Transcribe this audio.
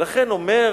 ולכן הוא אומר